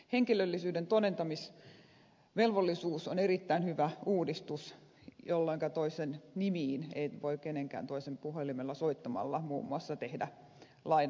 henkilöllisyyden todentamisvelvollisuus on erittäin hyvä uudistus jolloinka toisen nimiin ei voi kenenkään toisen puhelimella soittamalla muun muassa tehdä laina anomusta